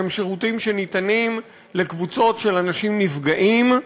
שהם שירותים שניתנים לקבוצות של אנשים נפגעים,